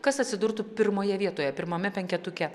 kas atsidurtų pirmoje vietoje pirmame penketuke